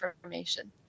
information